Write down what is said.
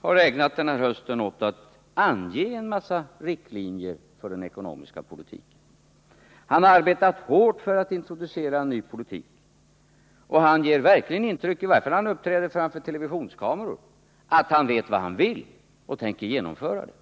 har ägnat den här hösten åt att ange en massa riktlinjer för den ekonomiska politiken. Han har arbetat hårt för att introducera en ny politik, och han ger verkligen intryck av — i varje fall när han uppträder framför televisionskameror — att han vet vad han vill och tänker genomföra det.